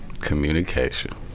communication